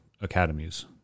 academies